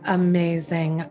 amazing